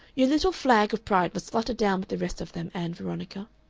your little flag of pride must flutter down with the rest of them, ann veronica.